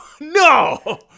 no